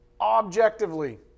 objectively